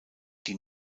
die